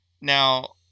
now